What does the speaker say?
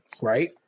right